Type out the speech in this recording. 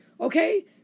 okay